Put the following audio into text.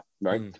right